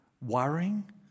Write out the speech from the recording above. worrying